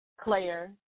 Claire